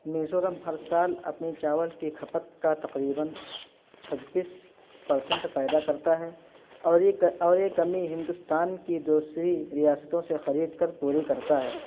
میزورم ہر سال اپنی چاول کے کھپت کا تقریباً چھبیس پر سنٹ پیدا کرتا ہے اور یہ اور یہ کمی ہندوستان کی دوسری ریاستوں سے خرید کر پوری کرتا ہے